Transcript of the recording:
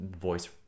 voice